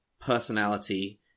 personality